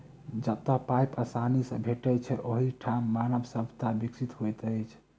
जतअ पाइन आसानी सॅ भेटैत छै, ओहि ठाम मानव सभ्यता विकसित होइत अछि